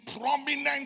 prominent